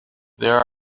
there